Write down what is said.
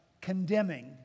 condemning